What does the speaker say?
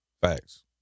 Facts